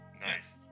Nice